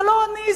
זה לא אני,